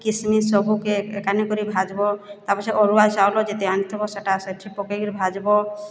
କିସ୍ମିସ୍ ସବୁକେ ଏଖାନେ କରି ଭାଜ୍ବ ତାପଛେ ଅରୁଆ ଚାଉଲ ଯେତେ ଆନିଥିବ ସେଠା ସେଠି ପକେଇକିରି ଭାଜ୍ବ